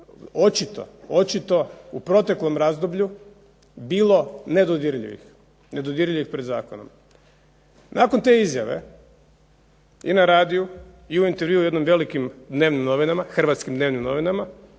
da je očito u proteklom razdoblju bilo nedodirljivih pred zakonom. Nakon te izjave i na radiju i u intervjuu u jednim dnevnim Hrvatskim novinama